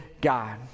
God